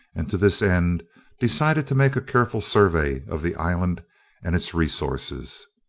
and to this end decided to make a careful survey of the island and its resources.